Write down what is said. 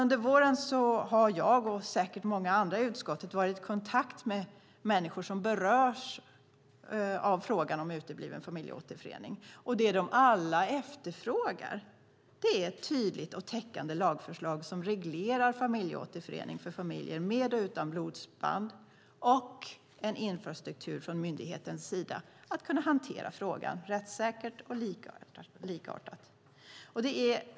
Under våren har jag och säkert många andra i utskottet varit i kontakt med människor som berörs av frågan om utebliven familjeåterförening. Det de alla efterfrågar är ett tydligt och täckande lagförslag som reglerar familjeåterförening för familjer med och utan blodsband och en infrastruktur från myndighetens sida att kunna hantera frågan rättssäkert och likartat.